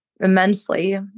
immensely